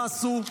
מה עשו?